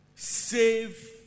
save